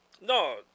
No